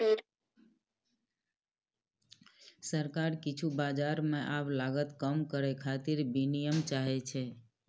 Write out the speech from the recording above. सरकार किछु बाजार मे आब लागत कम करै खातिर विनियम चाहै छै